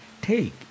Take